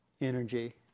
energy